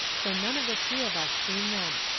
so none of the three of us seen them.